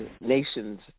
nation's